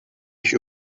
ich